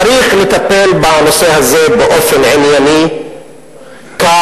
צריך לטפל בנושא הזה באופן ענייני וקר,